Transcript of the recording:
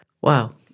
Wow